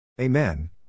Amen